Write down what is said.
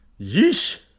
Yeesh